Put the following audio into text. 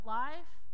life